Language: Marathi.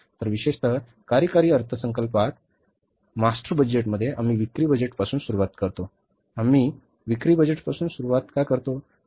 तर विशेषत कार्यकारी अर्थसंकल्पात मास्टर बजेटमध्ये आम्ही विक्री बजेटपासून सुरुवात करतो आम्ही विक्री बजेटपासून सुरुवात करतो